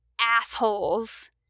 assholes